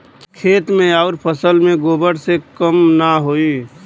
खेत मे अउर फसल मे गोबर से कम ना होई?